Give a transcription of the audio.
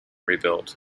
rebuilt